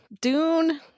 Dune